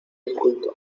inculto